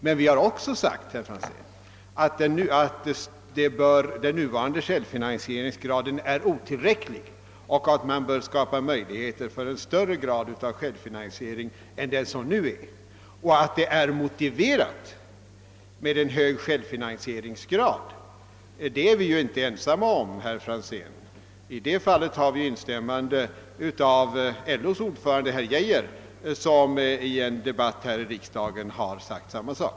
Men vi har också uttalat, herr Franzén, att den nuvarande självfinansieringsgraden är otillräcklig och att man bör skapa möjligheter för en större grad av självfinansiering än vad som nu förekommer. Uppfattningen att det är motiverat med en hög självfinansieringsgrad är vi dessutom inte ensamma om, herr Franzén. Därvidlag kan vi redovisa instämmande från LO:s ordförande Arne Geijer, som i en debatt här i riksdagen sagt samma sak.